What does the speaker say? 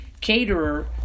caterer